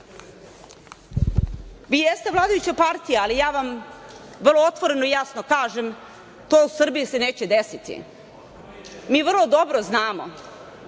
jeste vladajuća partija, ali ja vam vrlo otvoreno i jasno kažem, to se u Srbiji neće desiti. Mi vrlo dobro znamo